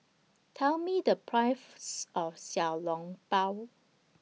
Tell Me The of Xiao Long Bao